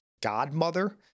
godmother